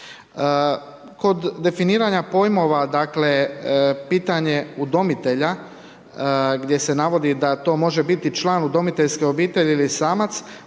Kod definiranja pojmova dakle pitanje udomitelja gdje se navodi da to može biti član udomiteljske obitelji ili samac,